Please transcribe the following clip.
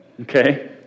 Okay